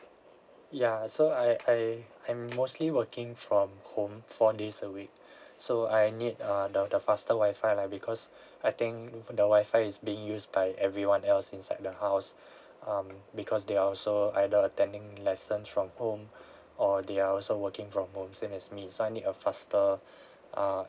ya so I I I mostly working from home four days a week so I need err the the faster wifi like because I think for the wifi is being used by everyone else inside the house um because they are also either attending lessons from home or they are also working from home same as me so I need a faster uh